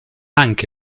anche